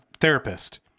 therapist